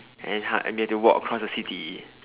and hard and we have to walk across the city